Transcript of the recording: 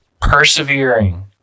persevering